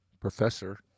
professor